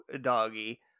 doggy